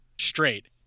straight